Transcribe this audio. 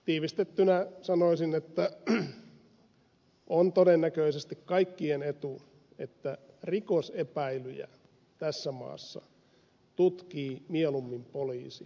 tiivistettynä sanoisin että on todennäköisesti kaikkien etu että rikosepäilyjä tässä maassa tutkii mieluummin poliisi kuin yritykset